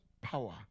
power